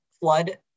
flood